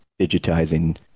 digitizing